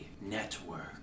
network